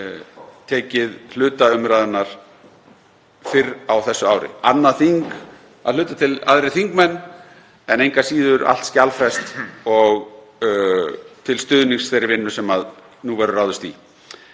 tekið hluta umræðunnar fyrr á þessu ári, annað þing og að hluta til aðrir þingmenn en engu að síður allt skjalfest og til stuðnings þeirri vinnu sem nú verður ráðist í.